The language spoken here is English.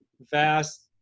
vast